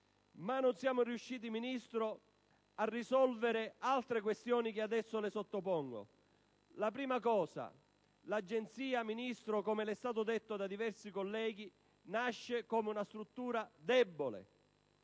ma non siamo riusciti a risolvere altre questioni, che adesso le sottopongo. L'Agenzia, Ministro, come è stato detto da diversi colleghi, nasce come una struttura debole,